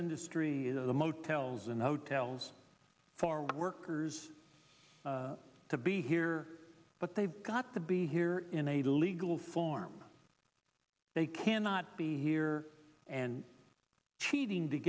industry is a motels and hotels for workers to be here but they've got to be here in a legal form they cannot be here and cheating to